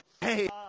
Hey